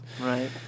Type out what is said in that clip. Right